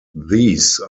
these